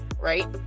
right